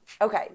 okay